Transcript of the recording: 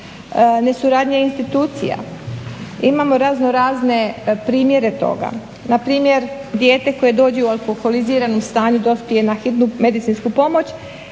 nesuradnje institucija. Imamo razno razne primjere toga, npr. dijete koje dođe u alkoholiziranom stanju, dospije na hitnu medicinsku pomoć,